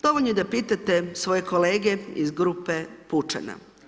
Dovoljno je da pitate svoje kolege iz grupe pučana.